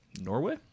Norway